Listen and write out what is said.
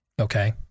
Okay